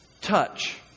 touch